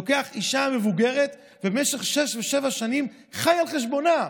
לוקח אישה מבוגרת ובמשך שש או שבע שנים חי על חשבונה.